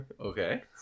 Okay